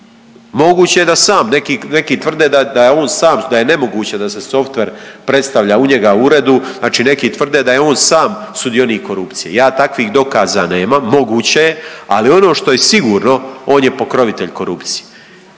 Moguće da sam, neki tvrde da je on sam da je nemoguće da se softver predstavlja u njega u uredu, znači neki tvrde da je on sam sudionik korupcije. Ja takvih dokaza nemam, moguće je, ali ono što je sigurno on je pokrovitelj korupcije